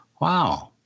Wow